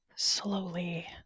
Slowly